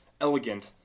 elegant